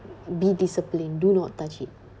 be disciplined do not touch it